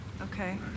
Okay